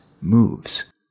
moves